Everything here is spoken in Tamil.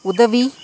உதவி